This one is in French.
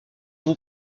vous